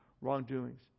wrongdoings